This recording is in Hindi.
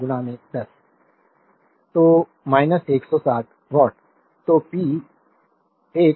स्लाइड टाइम देखें 1304 तो 160 वाट